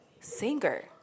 singer